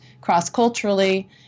cross-culturally